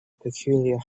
peculiar